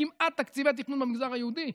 אין כמעט תקציבי תכנון במגזר היהודי.